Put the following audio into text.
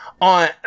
on